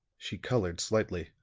she colored slightly,